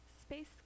space